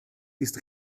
ist